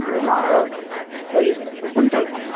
لینا ہے وہی دو کوئنٹل